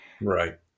Right